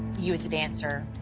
you as a dancer,